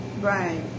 Right